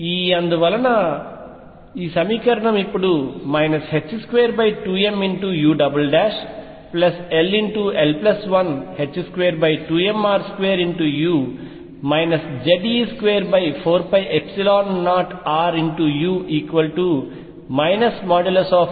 ఈ అందువలన సమీకరణం ఇప్పుడు 22mull122mr2u Ze24π0ru |E|u